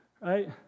right